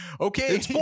okay